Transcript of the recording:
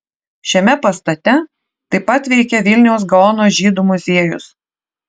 šiame pastate taip pat veikia vilniaus gaono žydų muziejus